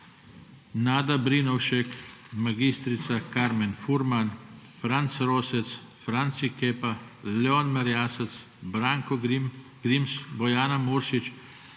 Nada Brinovšek, Karmen Furman, Franc Rosec, Franci Kepa, Leon Merjasec, Branko Grims, Bojana Muršič,